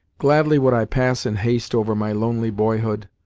gladly would i pass in haste over my lonely boyhood,